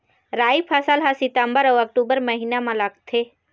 राई फसल हा सितंबर अऊ अक्टूबर महीना मा लगथे